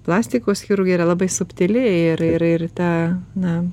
plastikos chirurgai yra labai subtili ir ir ir ta na